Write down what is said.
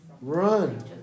Run